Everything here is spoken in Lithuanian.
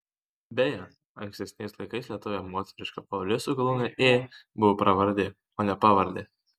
beje ankstesniais laikais lietuvoje moteriška pavardė su galūne ė buvo pravardė o ne pavardė